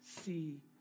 see